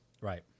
Right